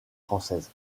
française